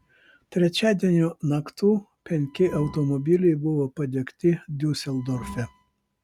trečiadienio naktų penki automobiliai buvo padegti diuseldorfe